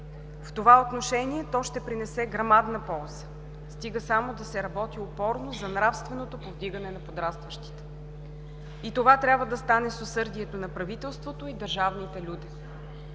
В това отношение то ще принесе грамадна полза, стига само да се работи опорно за нравственото повдигане на подрастващите. И това трябва да стане с усърдието на правителството и държавните люде.“